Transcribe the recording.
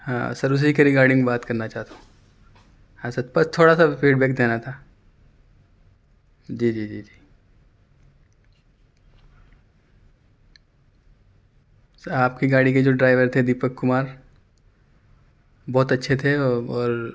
ہاں سر اسی کے ریگارڈنگ بات کرنا چاہتا ہوں ہاں سر بس تھوڑا سا فیڈ بیک دینا تھا جی جی جی جی سر آپ کی گاڑی کے جو ڈرائیور تھے دیپک کمار بہت اچھے تھے اور